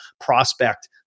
prospect